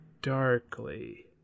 darkly